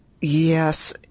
Yes